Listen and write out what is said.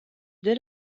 dès